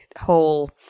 whole